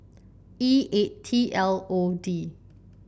E eight T L O D